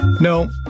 No